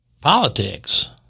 Politics